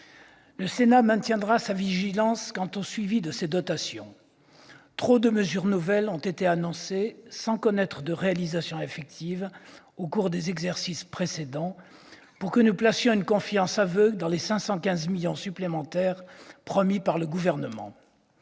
Le Sénat maintiendra sa vigilance quant au suivi de ces dotations. Trop de mesures nouvelles ont été annoncées sans connaître de réalisation effective au cours des exercices précédents pour que nous placions une confiance aveugle dans les 515 millions d'euros supplémentaires promis par le Gouvernement.